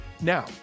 Now